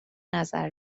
نظر